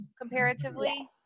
comparatively